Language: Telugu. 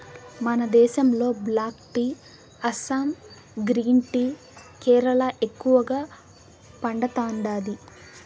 మన దేశంలో black tea Assam green tea Kerala ఎక్కువగా పండతాండాది